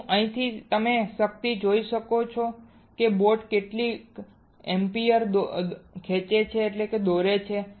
શું અહીંની શક્તિ તમે જોઈ શકો છો કે બોટ કેટલી એમ્પીયર દોરે છે